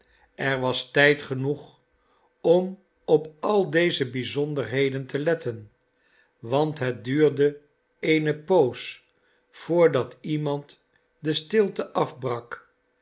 er was tijd genoeg om op al deze bijzonderheden te letten want het duurde eene poos voordat iemand de stilte afbrak